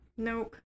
Nope